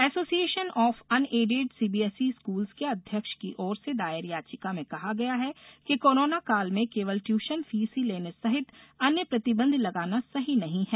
association of unaided CBSE schools के अध्यक्ष की ओर से दायर याचिका में कहा गया है कि कोरोनाकाल में केवल ट्यूशन फीस ही लेने सहित अन्य प्रतिबंध लगाना सही नहीं है